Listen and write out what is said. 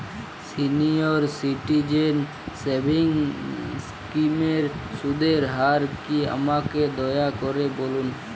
senior citizen savings স্কিমের সুদের হার কী আমাকে দয়া করে বলুন